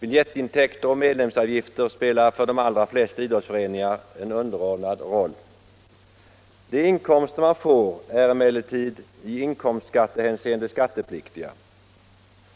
Biljettintäkter och medlemsavgifter spelar för de allra flesta idrottsföreningar en underordnad roll. De inkomster man får är emellertid i inkomstskattehänseende skattepliktiga.